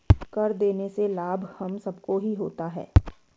कर देने से लाभ हम सबको ही होता है